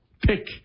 pick